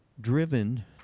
driven